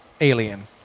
alien